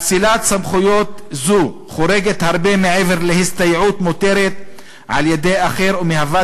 אצילת סמכויות זו חורגת הרבה מעבר להסתייעות מותרת על-ידי אחר ומהווה